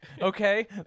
okay